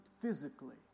physically